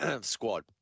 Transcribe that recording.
squad